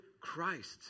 Christ